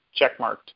checkmarked